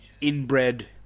inbred